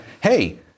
hey